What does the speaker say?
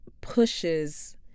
pushes